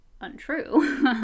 untrue